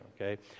okay